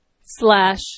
slash